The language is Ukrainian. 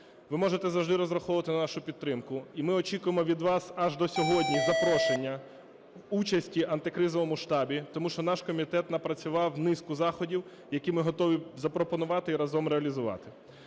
Ви можете завжди розраховувати на нашу підтримку, і ми очікуємо від вас аж до сьогодні запрошення участі в антикризовому штабі, тому що наш комітет напрацював низку заходів, які ми готові запропонувати і разом реалізувати.